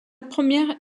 première